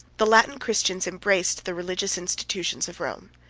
the latin christians embraced the religious institutions of rome.